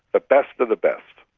the best of the best.